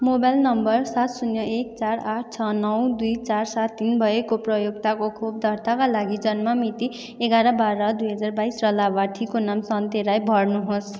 mobile number सात शून्य एक चार आठ छ नौ दुई चार सात तिन भएको प्रयोगकर्ताको खोप दर्ताका लागि जन्म मिति एघार बाह्र दुई हजार बाइस र लाभार्थीको नाम सन्ते राई भर्नुहोस्